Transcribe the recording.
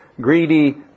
greedy